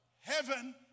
heaven